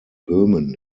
böhmen